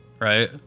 Right